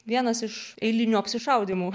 vienas iš eilinių apsišaudymų